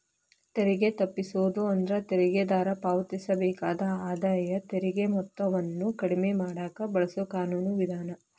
ತೆರಿಗೆ ತಪ್ಪಿಸೋದು ಅಂದ್ರ ತೆರಿಗೆದಾರ ಪಾವತಿಸಬೇಕಾದ ಆದಾಯ ತೆರಿಗೆ ಮೊತ್ತವನ್ನ ಕಡಿಮೆ ಮಾಡಕ ಬಳಸೊ ಕಾನೂನು ವಿಧಾನ